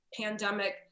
pandemic